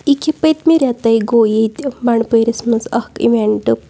اِکہِ پٔتمہِ رٮ۪تَے گوٚو ییٚتہِ بَنٛڈپٲرِس منٛز اَکھ اِوٮ۪نٛٹ